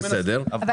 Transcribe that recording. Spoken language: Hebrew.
בסדר,